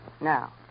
Now